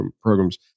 programs